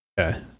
okay